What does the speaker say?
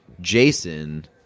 Jason